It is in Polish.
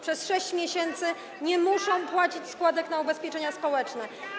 Przez 6 miesięcy nie muszą oni płacić składek na ubezpieczenie społeczne.